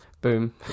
boom